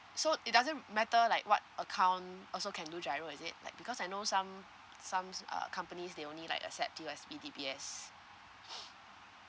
so it doesn't matter like what account also can do GIRO is it like because I know some some uh companies they only like accept you as P_T_P_S